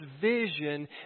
vision